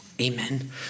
amen